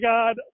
God